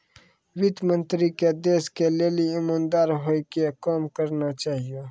वित्त मन्त्री के देश के लेली इमानदार होइ के काम करना चाहियो